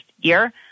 year